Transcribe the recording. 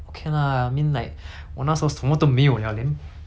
钱都没有他们给我钱偷笑 liao